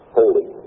holy